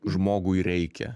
žmogui reikia